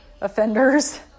offenders